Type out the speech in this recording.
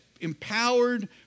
empowered